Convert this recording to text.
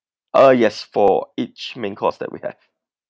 uh yes for each main course that we have